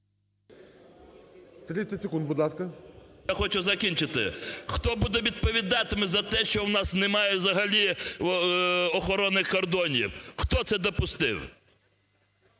30 секунд, будь ласка. ЧУБАРОВ Р.А. Я хочу закінчити. Хто буде відповідати за те, що у нас немає взагалі охорони кордонів? Хто це допустив?